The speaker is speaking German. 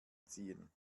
ziehen